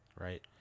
Right